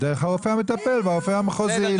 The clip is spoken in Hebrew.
דרך הרופא המטפל והרופא המחוזי.